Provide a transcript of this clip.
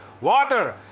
water